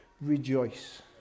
rejoice